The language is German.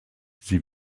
sie